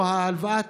או ההלוואה,